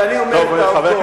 כי אני אומר את העובדות.